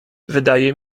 wydaje